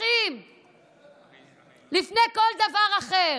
אחים לפני כל דבר אחר.